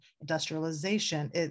industrialization